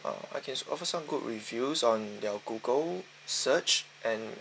uh I can offer some good reviews on their Google search and